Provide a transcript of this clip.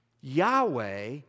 Yahweh